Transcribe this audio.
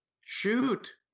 shoot